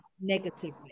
negatively